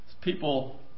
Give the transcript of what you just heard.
People